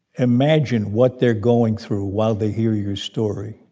imagine what they're going through while they hear your story,